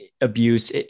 abuse